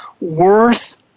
Worth